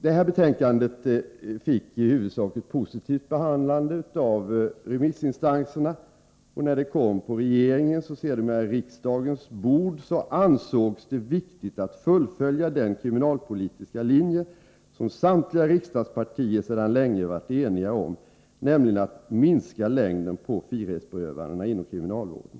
Det här betänkandet fick en i huvudsak positiv behandling av remissinstanserna, och när det kom på regeringens och sedermera riksdagens bord ansågs det viktigt att fullfölja den kriminalpolitiska linje som samtliga riksdagspartier sedan länge varit eniga om, nämligen att minska längden på frihetsberövandena inom kriminalvården.